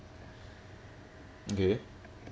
okay